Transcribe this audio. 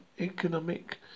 economic